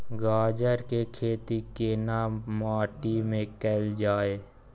गाजर के खेती केना माटी में कैल जाए?